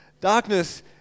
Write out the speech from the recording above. Darkness